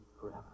forever